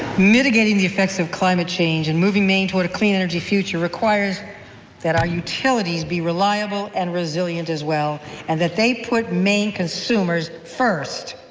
mitigating the effects of climate change and moving maine toward a clean energy future requires that our utilities be reliable and resilient as well and that they put maine consumers first.